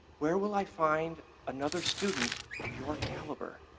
where will i find another student of your caliber?